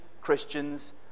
Christians